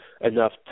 enough